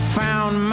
found